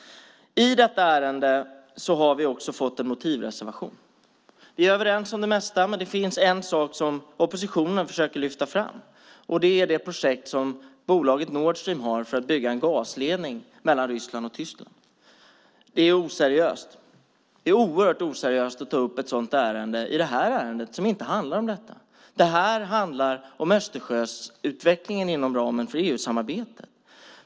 I detta ärende har vi fått en motivreservation. Vi är överens om det mesta, men det finns en sak som oppositionen försöker lyfta fram. Det är det projekt som bolaget Nord Stream har att bygga en gasledning mellan Ryssland och Tyskland. Det är oerhört oseriöst att ta upp ett sådant ämne i ett ärende som inte handlar om detta. Det här ärendet handlar om Östersjöutvecklingen inom ramen för EU-samarbetet.